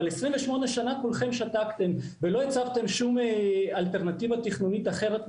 אבל 28 שנה כולכם שתקתם ולא הצבתם שום אלטרנטיבה תכנותית אחרת ומתקדמת,